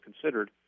considered